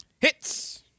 Hits